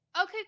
Okay